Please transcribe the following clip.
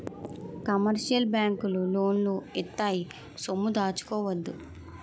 commercial బ్యాంకులు లోన్లు ఇత్తాయి సొమ్ము దాచుకోవచ్చు